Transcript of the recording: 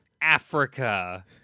Africa